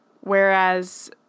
Whereas